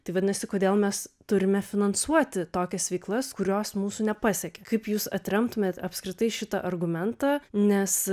tai vadinasi kodėl mes turime finansuoti tokias veiklas kurios mūsų nepasiekė kaip jūs atremtumėt apskritai šitą argumentą nes